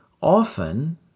Often